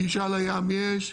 גישה לים-יש,